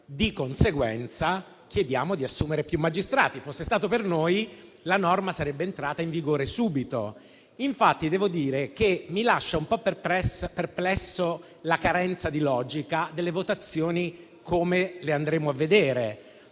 Di conseguenza, chiediamo di assumerne di più; fosse stato per noi, la norma sarebbe entrata in vigore subito. Devo dire infatti che mi lascia un po' perplesso la carenza di logica delle votazioni come le andremo a vedere.